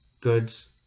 goods